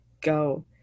go